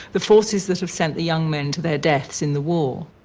the forces that have sent the young men to their deaths in the war.